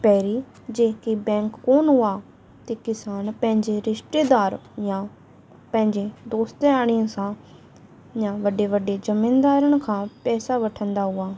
पहिरियों जेके बैंक कोन हुआ ते किसान पंहिंजे रिश्तेदार या पंहिंजे दोस्त याणिअ सां या वॾे वॾे ज़मीनदारनि खां पैसा वठंदा हुआ